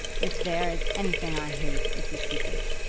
if there is anything i hate, it's a secret.